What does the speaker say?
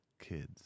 kids